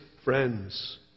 Friends